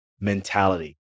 mentality